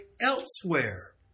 elsewhere